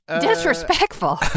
Disrespectful